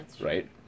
right